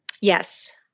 Yes